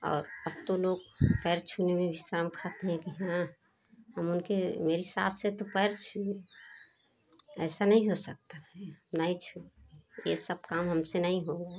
और अब तो लोग पैर छूने में भी शर्म खाते हैं कि हाँ हम उनके मेरी सास है तो पैर छूएँ ऐसा नहीं हो सकता है नहीं छूए ये सब काम हम से नहीं होगा